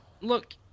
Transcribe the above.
Look